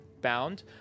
bound